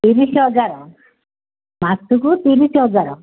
ତିରିଶି ହଜାର ମାସକୁ ତିରିଶି ହଜାର